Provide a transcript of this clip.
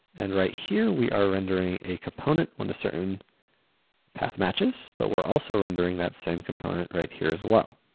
and right here we are rendering a component on a certain path matches, but we're also rendering that same component right here as well.